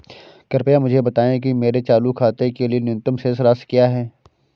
कृपया मुझे बताएं कि मेरे चालू खाते के लिए न्यूनतम शेष राशि क्या है?